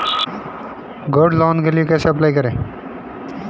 Gold loan के लिए कैसे अप्लाई करें?